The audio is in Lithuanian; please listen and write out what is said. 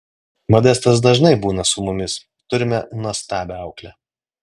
modestas dažnai būna su mumis turime nuostabią auklę